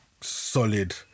solid